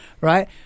right